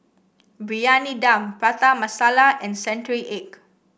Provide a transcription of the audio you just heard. Briyani Dum Prata Masala and Century Egg